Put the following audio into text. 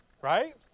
Right